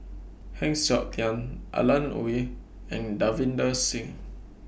Heng Siok Tian Alan Oei and Davinder Singh